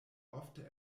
ofte